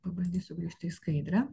pabandysiu grįžti į skaidrę